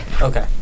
Okay